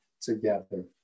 together